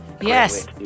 yes